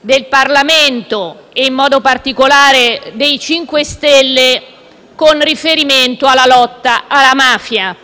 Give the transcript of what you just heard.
del Parlamento e, in modo particolare, del MoVimento 5 Stelle, con riferimento alla lotta alla mafia.